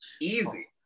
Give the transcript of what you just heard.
easy